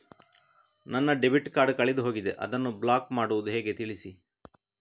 ನನ್ನ debit card ಕಳೆದು ಹೋಗಿದೆ, ಅದನ್ನು ಬ್ಲಾಕ್ ಮಾಡುವುದು ಹೇಗೆ ಅಂತ ತಿಳಿಸಿ?